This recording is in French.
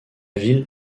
ville